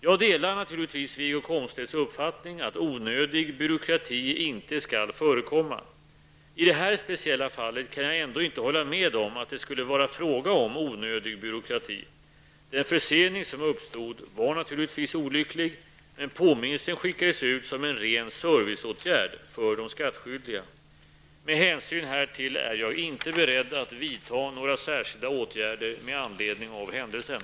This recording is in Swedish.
Jag delar naturligtvis Wiggo Komstedts uppfattning att onödig byråkrati inte skall förekomma. I det här speciella fallet kan jag ändå inte hålla med om att det skulle vara fråga om onödig byråkrati. Den försening som uppstod var naturligtvis olycklig, men påminnelsen skickades ut som en ren serviceåtgärd för de skattskyldiga. Med hänsyn härtill är jag inte beredd att vidta några särskilda åtgärder med anledning av händelsen.